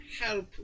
Help